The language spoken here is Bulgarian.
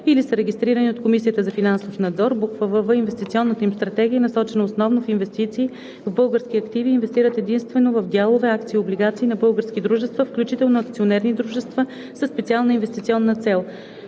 или са регистрирани от Комисията за финансов надзор; вв) инвестиционната им стратегия е насочена основно в инвестиции в български активи и инвестират единствено в дялове, акции и облигации на български дружества, включително акционерни дружества със специална инвестиционна цел;“